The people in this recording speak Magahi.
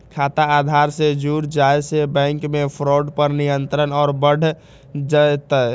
खाता आधार से जुड़ जाये से बैंक मे फ्रॉड पर नियंत्रण और बढ़ जय तय